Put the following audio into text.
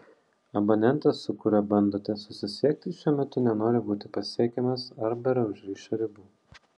abonentas su kuriuo bandote susisiekti šiuo metu nenori būti pasiekiamas arba yra už ryšio ribų